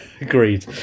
Agreed